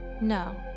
No